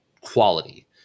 quality